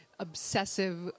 Obsessive